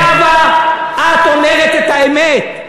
זהבה, את אומרת את האמת.